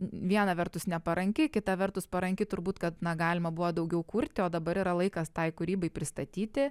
viena vertus neparanki kita vertus paranki turbūt kad na galima buvo daugiau kurti o dabar yra laikas tai kūrybai pristatyti